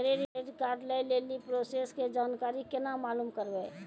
Credit card लय लेली process के जानकारी केना मालूम करबै?